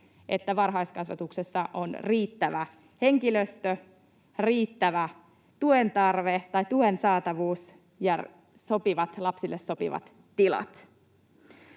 että varhaiskasvatuksessa on riittävä henkilöstö, riittävä tuen saatavuus ja lapsille sopivat tilat.